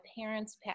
parents